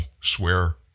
swear